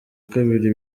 kabili